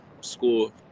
school